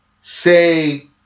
say